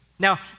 Now